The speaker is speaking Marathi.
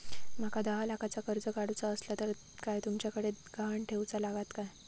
माका दहा लाखाचा कर्ज काढूचा असला तर काय तुमच्याकडे ग्हाण ठेवूचा लागात काय?